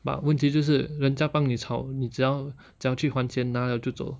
but 问题就是人家帮你炒你只要只要去还钱拿 liao 就走